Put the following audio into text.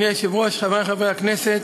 אדוני היושב-ראש, חברי חברי הכנסת,